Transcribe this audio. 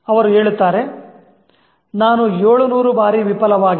ಅವರು ಹೇಳುತ್ತಾರೆ "ನಾನು ಏಳುನೂರು ಬಾರಿ ವಿಫಲವಾಗಿಲ್ಲ